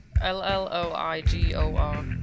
L-L-O-I-G-O-R